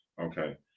okay